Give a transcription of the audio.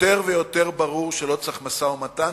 יותר ויותר ברור שלא צריך משא-ומתן,